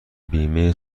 بیمه